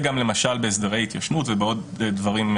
מציעה לאמץ את כל ההצעה של חבר הכנסת כץ ושלכם לעניין עבודות השירות,